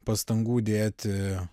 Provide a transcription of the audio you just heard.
pastangų dėti